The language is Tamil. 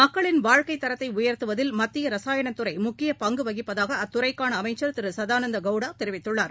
மக்களின் வாழ்க்கைத் தரத்தைஉயர்த்துவதில் மத்தியரசாயனத்துறைமுக்கியபங்குவகிப்பதாகஅத்துறைக்கானஅமைச்சர் திருசதானந்தகவுடாதெரிவித்துள்ளார்